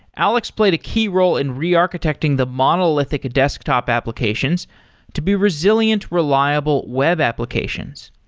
alex played a key role in rearchitecting the monolithic desktop applications to be resilient, reliable web applications.